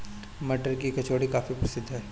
मटर की कचौड़ी काफी प्रसिद्ध है